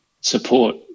support